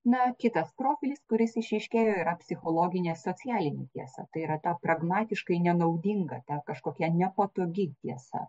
na kitas profilis kuris išryškėjo yra psichologinė socialinė tiesa tai yra ta pragmatiškai nenaudinga ta kažkokia nepatogi tiesa